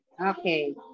Okay